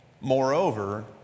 Moreover